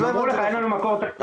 הם אמרו לך: אין לנו מקור תקציבי,